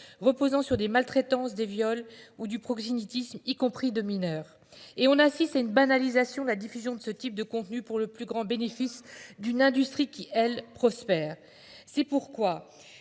reposant sur des maltraitances des viols ou du proxénétisme, y compris de mineurs et on assiste à une banalisation de la diffusion de ce type de contenus, pour le plus grand bénéfice d'une industrie qui elle prospère. C'est pourquoi,